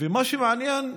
ומה שמעניין,